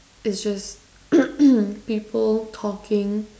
is just people talking